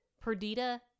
Perdita